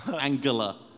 Angela